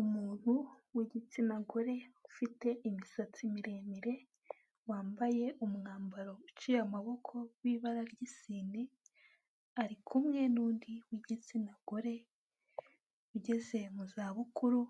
Umuntu w'igitsina gore ufite imisatsi miremire wambaye umwambaro uciye amaboko w'ibara ry'isine, ari kumwe n'undi w'igitsina gore, ugeze muzabukuru